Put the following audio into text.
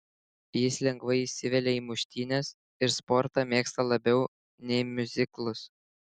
jis lengvai įsivelia į muštynes ir sportą mėgsta labiau nei miuziklus